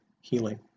healing